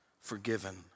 forgiven